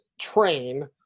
train